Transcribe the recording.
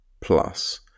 plus